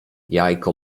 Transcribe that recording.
jajko